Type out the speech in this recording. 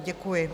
Děkuji.